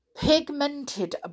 Pigmented